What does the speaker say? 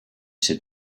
said